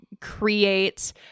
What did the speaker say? create